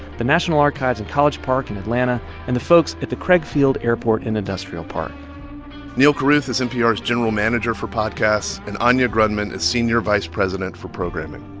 the national archives and college park in atlanta and the folks at the craig field airport and industrial park neal carruth is npr's general manager for podcasts, and anya grundmann is senior vice president for programming.